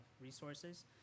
resources